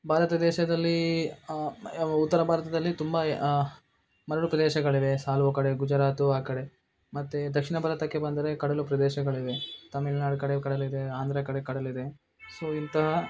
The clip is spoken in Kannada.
ಭಾರತ ದೇಶದಲ್ಲಿ ಮ ಉತ್ತರ ಭಾರತದಲ್ಲಿ ತುಂಬ ಮರಳು ಪ್ರದೇಶಗಳಿವೆ ಸಾಲ್ವ ಕಡೆ ಗುಜರಾತು ಆ ಕಡೆ ಮತ್ತು ದಕ್ಷಿಣ ಭಾರತಕ್ಕೆ ಬಂದರೆ ಕಡಲು ಪ್ರದೇಶಗಳಿವೆ ತಮಿಳುನಾಡು ಕಡೆ ಕಡಲಿದೆ ಆಂಧ್ರ ಕಡೆ ಕಡಲಿದೆ ಸೊ ಇಂತಹ